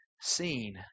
seen